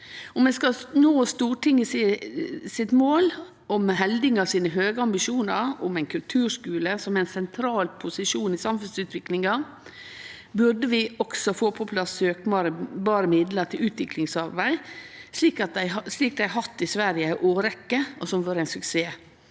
Om vi skal nå Stortingets mål og meldinga sine høge ambisjonar om ein kulturskule som har ein sentral posisjon i samfunnsutviklinga, burde vi også få på plass søkbare midlar til utviklingsarbeid, slik dei hatt i Sverige i ei årrekkje, og som har vore ein suksess.